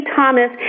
Thomas